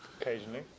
Occasionally